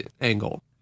angle